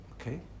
Okay